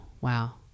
wow